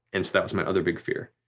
and that was my other big fear.